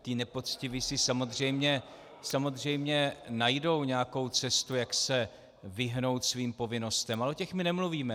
Ti nepoctiví si samozřejmě najdou nějakou cestu, jak se vyhnout svým povinnostem, ale o těch my nemluvíme.